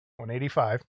185